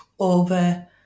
Over